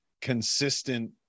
consistent